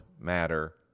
matter